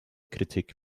kritik